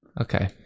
Okay